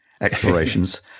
explorations